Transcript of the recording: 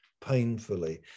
painfully